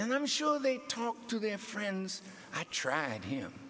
and i'm sure they talked to their friends i tracked him